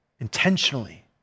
Intentionally